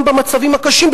גם במצבים הקשים,